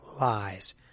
lies